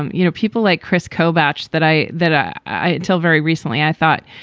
um you know, people like kris kobach that i that i until very recently i thought,